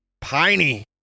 Piney